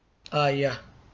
ah ya